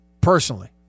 Personally